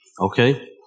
okay